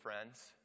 friends